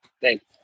Thanks